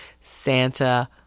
Santa